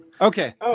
Okay